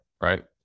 right